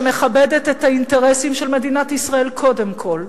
שמכבדת את האינטרסים של מדינת ישראל, קודם כול,